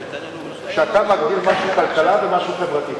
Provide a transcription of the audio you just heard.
שאתה מגדיר משהו כלכלה ומשהו חברתי.